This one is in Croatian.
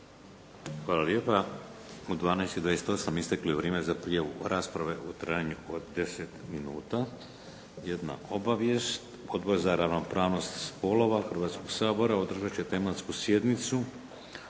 Hvala lijepa. U 12 i 28 isteklo je vrijeme za prijavu rasprave u trajanju od 10 minuta. Jedna obavijest Odbor za ravnopravnost spolova Hrvatskog sabora održat će tematsku sjednicu